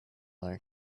our